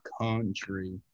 country